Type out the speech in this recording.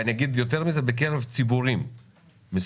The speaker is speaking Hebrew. ואגיד יותר מזה: בקרב ציבורים מסוימים,